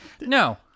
No